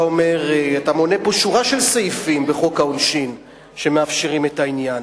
מונה פה שורת סעיפים בחוק העונשין שמאפשרים את העניין.